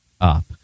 up